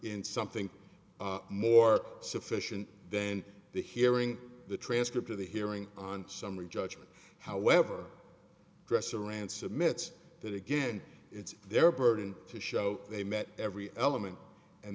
in something more sufficient then the hearing the transcript of the hearing on summary judgment however dress aransas emits that again it's their burden to show they met every element and